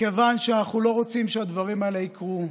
מכיוון שאנחנו לא רוצים שהדברים האלה יקרו,